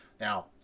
Now